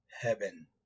heaven